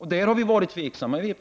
Härvidlag har vi i vpk varit tveksamma.